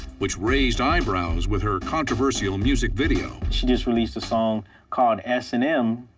which raised eyebrows with her controversial music video. she just released a song called s and m.